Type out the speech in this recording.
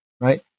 Right